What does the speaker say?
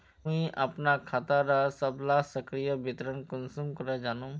मुई अपना खाता डार सबला सक्रिय विवरण कुंसम करे जानुम?